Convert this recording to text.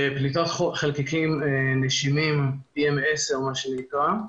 פליטת חלקיקים נשימים PM10, מה שנקרא,